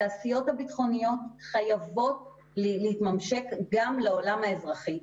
התעשיות הביטחוניות חייבות להתממשק גם לעולם האזרחי.